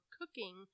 cooking